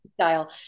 style